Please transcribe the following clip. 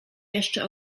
jeszcze